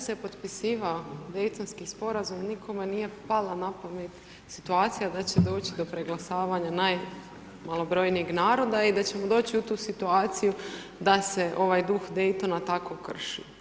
Kada se potpisao Daytonski sporazum, nikome nije palo na pamet situacija da će doći do preglasavanja najmalobrojnijeg naroda i da ćemo doći u tu situaciju da se ovaj duh Daytona tako krši.